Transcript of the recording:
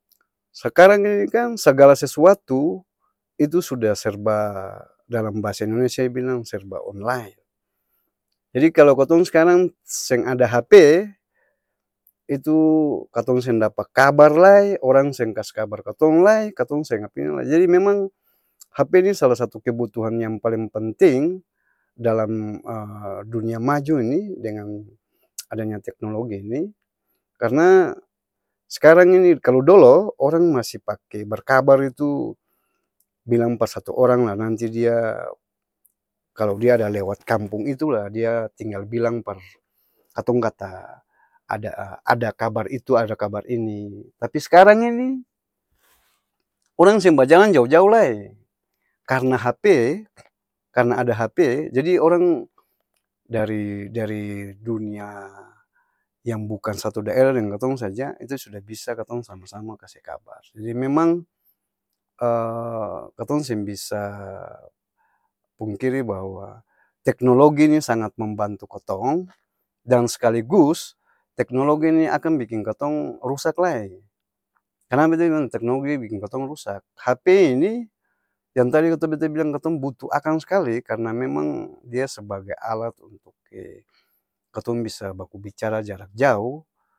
Sekarang ini kan segala sesuatu, itu suda serba dalam bahasa indonesia bilang serba onlain jadi kalo katong s'karang seng ada hape, itu katong seng dapa kabar lai, orang seng kas kabar katong lae, katong seng apa ini lai jadi memang, hape ni sala satu kebutuhan yang paleng penting, dalam dunia maju ini dengan, dengan teknologi ini, karna s'karang ini kalo dolo orang masi pake berkabar itu bilang par satu orang la nanti dia kalo dia ada lewat kampung itu la dia tinggal bilang par katong kata ada ada-kabar itu ada kabar ini, tapi s'karang ini, orang seng bajalang jau-jau lae, karna hape karna ada hape, jadi orang dari dari-dunia yang bukang satu daera deng katong saja itu suda bisa katong sama-sama kase kabar, jadi memang katong seng bisa pungkiri bahwa teknologi ni sangat membantu kotong, dan sekaligus, teknologi ni akang biking katong rusak lae kenapa beta bilang teknologi biking katong rusak? Hape ini yang tadi tu beta bilang katong butuh akang s'kali karna memang, dia sebage alat untuk'e katong bisa baku bicara jarak jau.